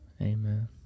Amen